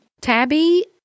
Tabby